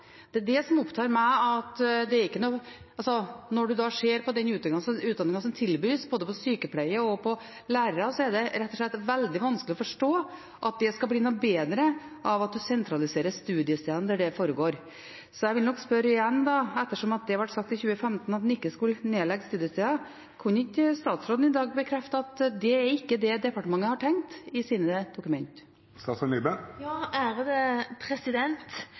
Når en ser på den utdanningen som tilbys, både for sykepleiere og for lærere, er det rett og slett veldig vanskelig å forstå at det skal bli noe bedre av at en sentraliserer studiestedene der det foregår. Så jeg vil nok spørre igjen, ettersom det ble sagt i 2015 at en ikke skulle nedlegge studiesteder: Kunne ikke statsråden i dag bekrefte at det ikke er det departementet har tenkt i sine